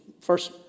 first